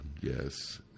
yes